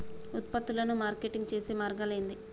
ఉత్పత్తులను మార్కెటింగ్ చేసే మార్గాలు ఏంది?